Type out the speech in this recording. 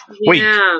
Wait